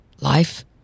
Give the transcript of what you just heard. Life